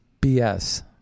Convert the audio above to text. BS